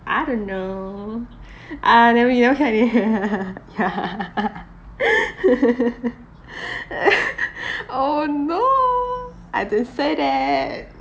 I don't know ah you never you know can already ya oh no I didn't say that